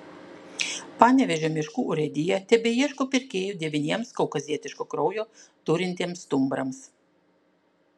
panevėžio miškų urėdija tebeieško pirkėjų devyniems kaukazietiško kraujo turintiems stumbrams